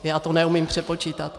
Já to neumím přepočítat.